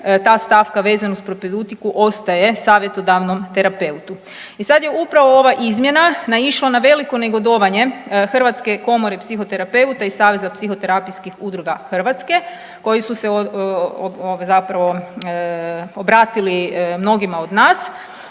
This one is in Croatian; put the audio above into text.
Ta stavka vezana uz propedutiku ostaje savjetodavnom terapeutu. I sad je upravo ova izmjena naišla na veliko negodovanje Hrvatske komore psihoterapeuta i Saveza psihoterapijskih udruga Hrvatske koji su se zapravo obratili mnogima od nas